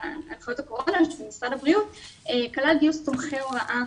הקורונה של משרד הבריאות כלל גיוס תומכי הוראה,